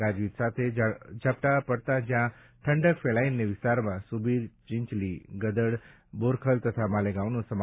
ગાજવીજ સાથે ઝાપટાં પડતા જ્યાં ઠંડક ફેલાઇને વિસ્તારમાં સુબીર ચિંચલી ગદડ બોરખલ તથા માલેગાંવનો સમાવેશ થાય છે